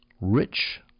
rich